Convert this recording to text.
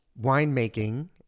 winemaking